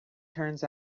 turns